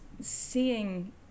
seeing